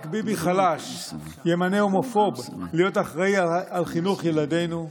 רק ביבי חלש ימנה הומופוב להיות אחראי על חינוך ילדינו,